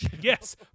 Yes